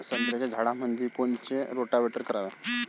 संत्र्याच्या झाडामंदी कोनचे रोटावेटर करावे?